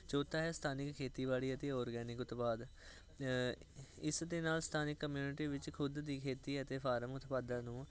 ਚੌਥਾ ਹੈ ਸਥਾਨਿਕ ਖੇਤੀਬਾੜੀ ਅਤੇ ਔਰਗੈਨਿਕ ਉਤਪਾਦ ਇਸ ਦੇ ਨਾਲ ਸਥਾਨਿਕ ਕਮਿਊਨਿਟੀ ਵਿੱਚ ਖੁਦ ਦੀ ਖੇਤੀ ਅਤੇ ਫਾਰਮ ਉਤਪਾਦਾਂ ਨੂੰ